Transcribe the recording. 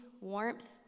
warmth